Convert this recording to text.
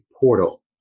portal